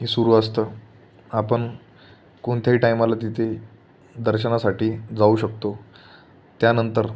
हे सुरु असतं आपण कोणत्याही टायमाला तिथे दर्शनासाठी जाऊ शकतो त्यानंतर